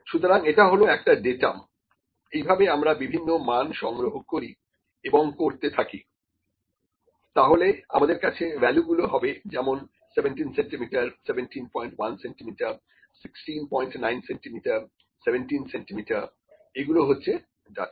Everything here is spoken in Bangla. সুতরাং এটা হল একটা ডেটাম এইভাবে আমরা বিভিন্ন মান সংগ্রহ করি এবং করতে থাকি তাহলে আমাদের কাছে ভ্যালুগুলো হবে যেমন 17 সেন্টিমিটার 171 সেন্টিমিটার 169 সেন্টিমিটার 17 সেন্টিমিটার এগুলোই হচ্ছে ডাটা